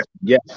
Yes